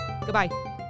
Goodbye